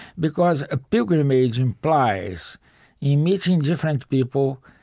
because a pilgrimage implies in meeting different people,